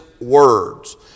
words